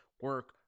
Work